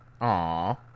Aw